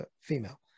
female